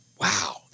Wow